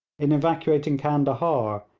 in evacuating candahar,